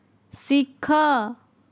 ଶିଖ